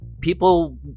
people